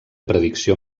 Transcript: predicció